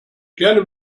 gerne